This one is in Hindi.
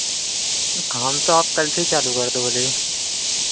काम तो आप कल से चालू कर दोगे लेकिन